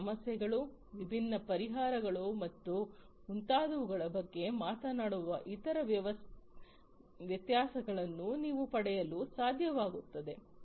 ವಿಭಿನ್ನ ಸಮಸ್ಯೆಗಳು ವಿಭಿನ್ನ ಪರಿಹಾರಗಳು ಮತ್ತು ಮುಂತಾದವುಗಳ ಬಗ್ಗೆ ಮಾತನಾಡುವ ಇತರ ವ್ಯತ್ಯಾಸಗಳನ್ನು ನೀವು ಪಡೆಯಲು ಸಾಧ್ಯವಾಗುತ್ತದೆ